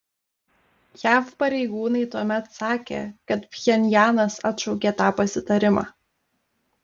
jav pareigūnai tuomet sakė kad pchenjanas atšaukė tą pasitarimą